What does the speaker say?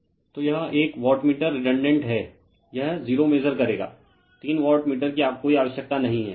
refer slide time 0201 तो यह एक वाटमीटर रेडंडेंट है यह 0 मेसर करेगा तीन वाटमीटर की कोई आवश्यकता नहीं है